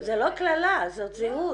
זה לא קללה, זאת זהות,